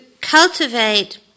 cultivate